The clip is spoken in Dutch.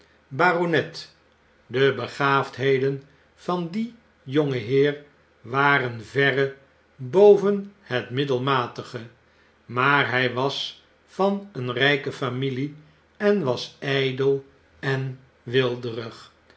baronet de begaafheden van dien jongenheer waren verre boven het middelmatige maar hrj was van een rjjke familie en was ydel en weelderig